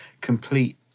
complete